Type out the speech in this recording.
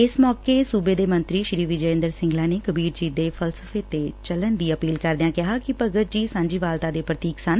ਇਸ ਮੌਕੇ ਸੂਬੇ ਦੇ ਮੰਤਰੀ ਸ੍ਰੀ ਵਿਜੇ ਇੰਦਰ ਸਿੰਗਲਾ ਨੇ ਕਬੀਰ ਜੀ ਦੇ ਫਲਸਫੇ ਤੇ ਚੱਲਣ ਦੀ ਅਪੀਲ ਕਰਦਿਆਂ ਕਿਹਾ ਕਿ ਭਗਤ ਜੀ ਸਾਂਝੀਵਾਲਤਾ ਦੇ ਪੁਤੀਕ ਸਨ